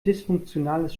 dysfunktionales